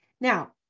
Now